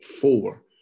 four